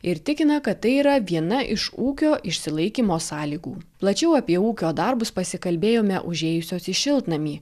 ir tikina kad tai yra viena iš ūkio išsilaikymo sąlygų plačiau apie ūkio darbus pasikalbėjome užėjusios į šiltnamį